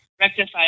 rectify